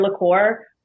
liqueur